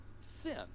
sin